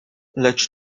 lecz